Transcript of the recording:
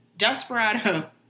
Desperado